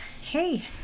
hey